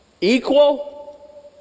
Equal